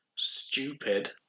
stupid